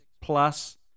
plus